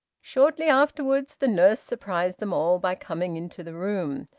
shortly afterwards the nurse surprised them all by coming into the room.